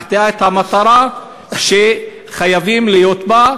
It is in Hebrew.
מחטיאה את המטרה שחייבים להיות בה.